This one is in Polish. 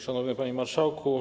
Szanowny Panie Marszałku!